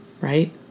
Right